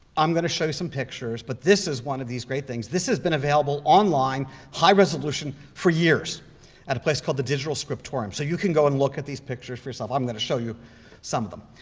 i'm going to show you some pictures, but this is one of these great things. this has been available online high resolution for years at a place called the digital scriptorium, so you can go and look at these pictures for yourself. i'm going to show you some of them.